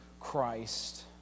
Christ